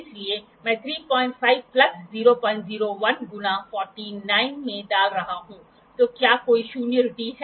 इसलिए मैं ३५ प्लस ००१ गुना ४९ में डाल रहा हूं तो क्या कोई शून्य त्रुटि है